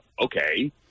Okay